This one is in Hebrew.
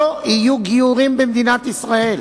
לא יהיו גיורים במדינת ישראל.